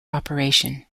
operation